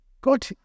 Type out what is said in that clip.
God